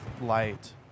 light